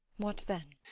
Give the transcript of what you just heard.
what then?